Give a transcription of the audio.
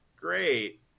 Great